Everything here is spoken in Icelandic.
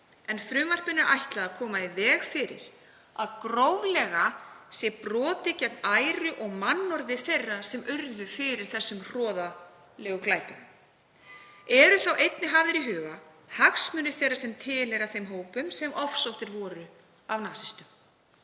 en frumvarpinu er ætlað að koma í veg fyrir að gróflega sé brotið gegn æru og mannorði þeirra sem urðu fyrir þessum glæpum. Eru þá einnig hafðir í huga hagsmunir þeirra sem tilheyra þeim hópum sem ofsóttir voru af nasistum.